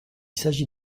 s’agit